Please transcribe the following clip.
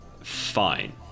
fine